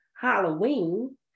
Halloween